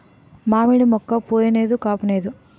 మావిడి మోక్క పుయ్ నేదు కాపూనేదు